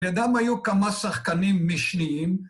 לידם היו כמה שחקנים משניים.